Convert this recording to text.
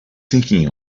thinking